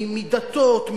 מדתות.